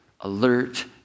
alert